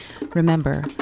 Remember